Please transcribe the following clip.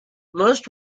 most